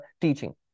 teaching